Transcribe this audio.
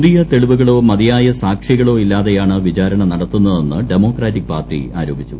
പുതിയ തെളിവുകളോ മതിയായ സാക്ഷികളോ ഇല്ലാതെയാണ് വിചാരണ നടത്തുന്നതെന്ന് ഡെമോക്രാറ്റിക് പാർട്ടി ആരോപിച്ചു